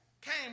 came